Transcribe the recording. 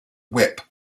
whip